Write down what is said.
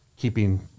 keeping